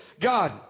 God